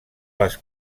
les